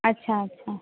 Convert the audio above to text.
अच्छा अच्छा